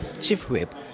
chief-whip